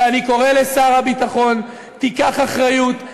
ואני קורא לשר הביטחון: תיקח אחריות.